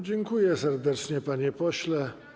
Dziękuję serdecznie, panie pośle.